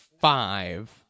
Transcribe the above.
five